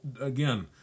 again